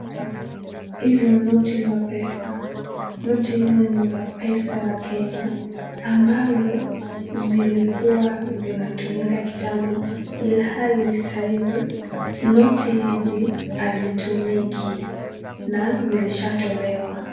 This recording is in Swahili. Hizi ni noti za pesa. Noti hizi ni za pesa za Kenya, ambazo, zilikua zinatumika kitambo ilhali saa hizi hazitumiki na zilishatolewa.